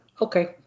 okay